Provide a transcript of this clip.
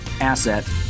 asset